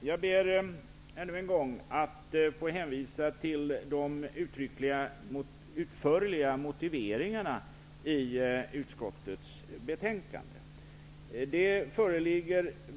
Herr talman! Jag ber ännu en gång att få hänvisa till de utförliga motiveringarna i utskottets betänkande.